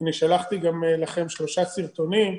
אני גם שלחתי לכם שלושה סרטונים,